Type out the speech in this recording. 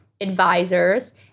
advisors